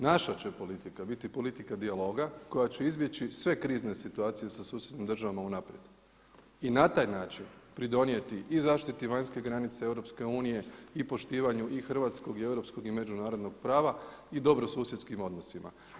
Naša će politika biti politika dijaloga koja će izbjeći sve krizne situacije sa susjednim državama unaprijed i na taj način pridonijeti i zaštiti vanjske granice EU i poštivanju i hrvatskog i europskog i međunarodnog prava i dobro susjedskim odnosima.